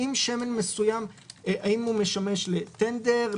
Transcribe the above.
האם שמן מסוים משמש לטנדר,